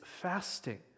fasting